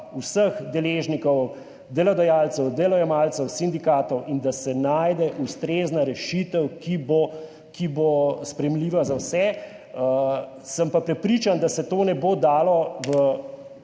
vseh deležnikov, delodajalcev, delojemalcev, sindikatov, in da se najde ustrezna rešitev, ki bo sprejemljiva za vse. Sem pa prepričan, da se to ne bo dalo,